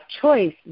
choice